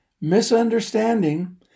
misunderstanding